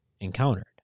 encountered